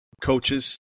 coaches